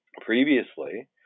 Previously